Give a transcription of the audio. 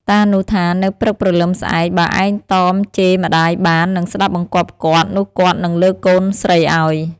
តានោះថា នៅព្រឹកព្រលឹមស្អែក បើឯងតមជេរម្តាយបាននិងស្ដាប់បង្គាប់គាត់ នោះគាត់នឹងលើកកូនស្រីឱ្យ។